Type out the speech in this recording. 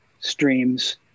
streams